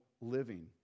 living